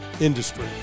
industry